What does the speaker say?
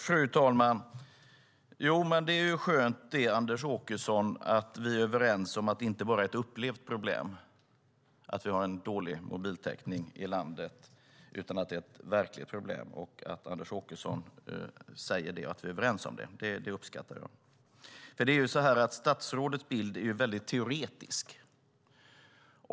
Fru talman! Det är ju skönt att vi är överens om att detta inte bara är ett upplevt problem, Anders Åkesson, utan att det är ett verkligt problem att vi har dålig mobiltäckning i landet. Jag uppskattar att Anders Åkesson säger det och att vi är överens. Statsrådets bild är ju väldigt teoretisk.